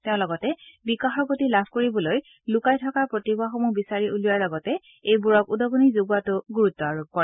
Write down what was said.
তেওঁ লগতে বিকাশৰ গতি লাভ কৰিবলৈ লুকাই থকা প্ৰতিভা সমূহ বিচাৰি উলিওৱাৰ লগতে এইবোৰক উদগনি যোগোৱাত গুৰুত্ব আৰোপ কৰে